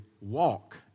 walk